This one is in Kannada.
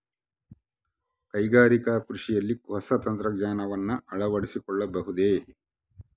ಕೈಗಾರಿಕಾ ಕೃಷಿಯಲ್ಲಿ ಹೊಸ ತಂತ್ರಜ್ಞಾನವನ್ನ ಅಳವಡಿಸಿಕೊಳ್ಳಬಹುದೇ?